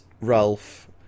Ralph